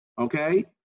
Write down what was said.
Okay